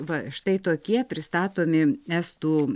va štai tokie pristatomi estų